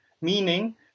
meaning